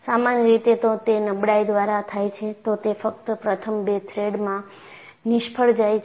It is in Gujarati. સામાન્ય રીતે તો તે નબળાઈ દ્વારા થાય છે તો તે ફક્ત પ્રથમ બે થ્રેડમાં નિષ્ફળ જાય છે